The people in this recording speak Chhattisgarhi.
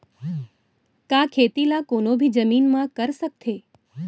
का खेती ला कोनो भी जमीन म कर सकथे?